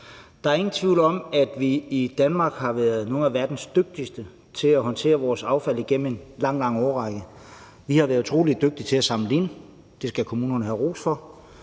Der er ingen tvivl om, at vi i Danmark har været nogle af verdens dygtigste til at håndtere vores affald igennem en lang, lang årrække. Vi har været utrolig dygtige til at samle det ind, og det skal kommunerne have ros for.